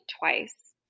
twice